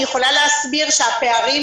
אני יכולה להסביר שהפערים